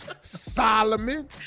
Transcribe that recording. Solomon